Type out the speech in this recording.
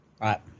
right